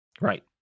Right